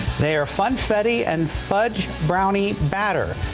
they're fun freddie and fudge brownie batter.